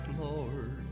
Lord